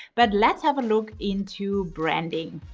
but let's have a look into branding.